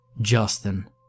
Justin